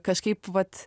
kažkaip vat